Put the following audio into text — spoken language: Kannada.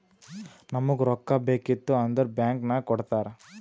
ನಮುಗ್ ರೊಕ್ಕಾ ಬೇಕಿತ್ತು ಅಂದುರ್ ಬ್ಯಾಂಕ್ ನಾಗ್ ಕೊಡ್ತಾರ್